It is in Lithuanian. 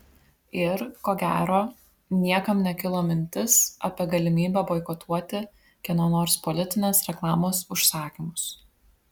ir ko gero niekam nekilo mintis apie galimybę boikotuoti kieno nors politinės reklamos užsakymus